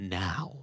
now